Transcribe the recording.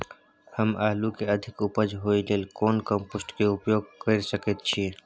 हम आलू के अधिक उपज होय लेल कोन कम्पोस्ट के उपयोग कैर सकेत छी?